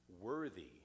Worthy